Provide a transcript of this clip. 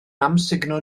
amsugno